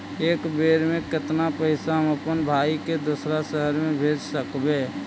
एक बेर मे कतना पैसा हम अपन भाइ के दोसर शहर मे भेज सकबै?